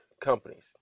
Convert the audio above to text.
companies